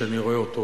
שאני רואה אותו